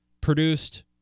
produced